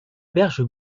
berge